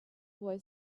boy